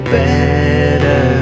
better